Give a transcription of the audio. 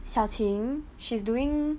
xiao ting she's doing